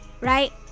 Right